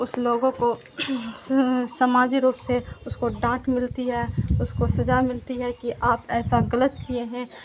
اس لوگوں کو سماجی روپ سے اس کو ڈانٹ ملتی ہے اس کو سزا ملتی ہے کہ آپ ایسا غلط کیے ہیں